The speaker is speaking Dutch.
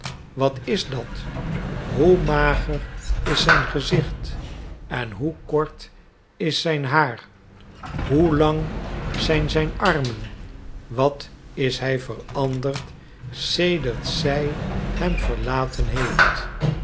wat is dat hoe mager is zijn gezicht en hoe kort is zijn haar hoe lang zijn zijn armen wat is hij veranderd sedert zij hem verlaten heeft